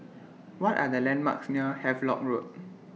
What Are The landmarks near Havelock Road